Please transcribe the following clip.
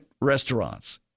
restaurants